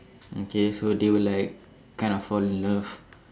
okay so they would like kind of fall in love